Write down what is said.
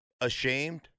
ashamed